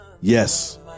Yes